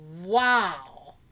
wow